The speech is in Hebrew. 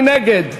מי נגד?